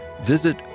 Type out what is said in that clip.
visit